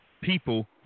people